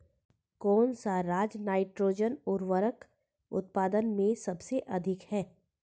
कौन सा राज नाइट्रोजन उर्वरक उत्पादन में सबसे अधिक है?